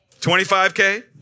25K